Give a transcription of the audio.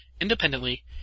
independently